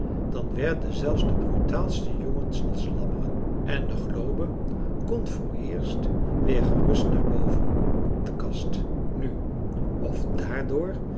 dan werden zelfs de brutaalste jongens als lammeren en de globe kon vooreerst weer gerust naar boven op de kast nu of daardoor